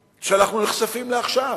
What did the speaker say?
של רמת חיים שאנחנו נחשפים לה עכשיו,